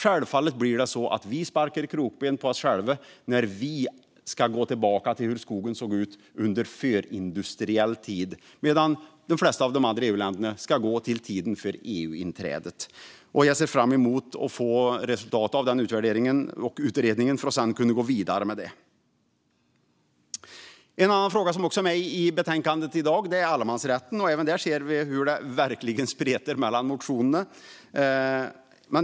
Självfallet blir det så att vi sätter krokben för oss själva när vi ska gå tillbaka till hur skogen såg ut under förindustriell tid medan de flesta andra EU-länder går tillbaka till tiden för EU-inträdet. Jag ser fram emot att få resultatet av denna utvärdering och utredning för att sedan kunna gå vidare med detta. Allemansrätten är en annan fråga som tas upp i betänkandet. Även där spretar det mellan motionerna.